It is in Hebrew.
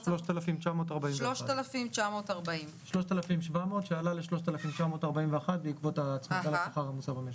3,941. 3,700 שעלה ל-3,941 בעקבות ההצמדה לשכר הממוצע במשק.